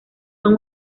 son